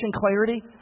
clarity